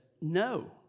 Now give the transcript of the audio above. no